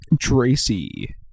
Tracy